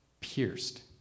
pierced